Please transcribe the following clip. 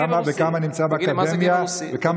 וכמה הוא נמצא באקדמיה?